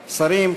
שרים,